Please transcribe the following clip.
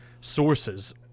sources